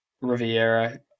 Riviera